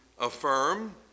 affirm